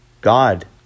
God